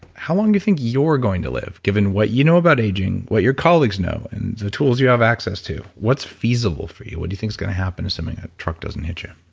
how long do you think you're going to live given what you know about aging, what your colleagues know, and the tools you have access to? what's feasible for you? what do you think is going to happen assuming a truck doesn't hit you?